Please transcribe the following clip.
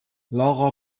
lara